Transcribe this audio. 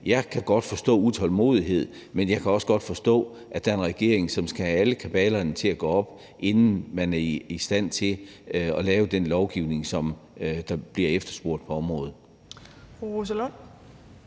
Jeg kan godt forstå utålmodigheden, men jeg kan også godt forstå, at der er en regering, der skal have alle kabalerne til at gå op, inden man er i stand til at lave den lovgivning, der bliver efterspurgt på området.